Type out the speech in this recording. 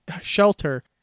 shelter